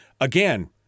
Again